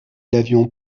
l’avion